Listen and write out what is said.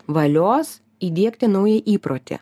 valios įdiegti naują įprotį